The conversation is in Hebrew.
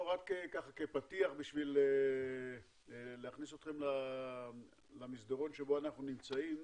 כפתיח וכדי להכניס אתכם למסדרון שבו אנחנו נמצאים,